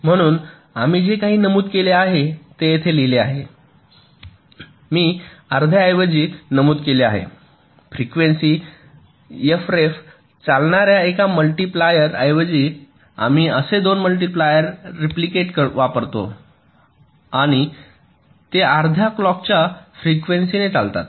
म्हणून आम्ही जे काही नमूद केले आहे ते येथे लिहिले आहे मी अर्ध्या ऐवजी नमूद केले आहे फ्रिक्वेन्सी एफ रेफ चालणाऱ्या एका मल्टिप्ल्यार ऐवजी आम्ही असे दोन मल्टिप्ल्यार रिप्लिकेटेड वापरतो आणि ते अर्ध्या क्लॉक च्या फ्रिक्वेन्सी ने चालतात